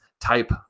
type